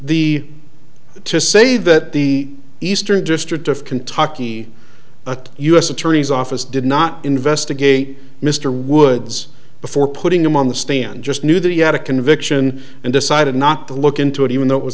the to say that the eastern district of kentucky a u s attorney's office did not investigate mr woods before putting him on the stand just knew that he had a conviction and decided not to look into it even though it was